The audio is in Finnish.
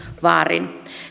vaarin